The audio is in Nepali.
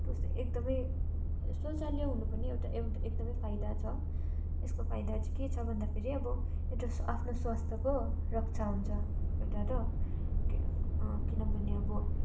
कस्तो एकदमै शौचालय हुनु पनि एउटा एकदमै फाइदा छ यसको फाइदा चाहिँ के छ भन्दाखेरि अब एउटा आफ्नो स्वास्थ्यको रक्षा हुन्छ एउटा त किनभने अब